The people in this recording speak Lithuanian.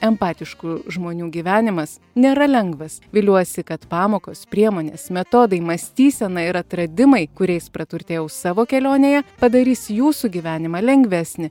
empatiškų žmonių gyvenimas nėra lengvas viliuosi kad pamokos priemonės metodai mąstysena ir atradimai kuriais praturtėjau savo kelionėje padarys jūsų gyvenimą lengvesnį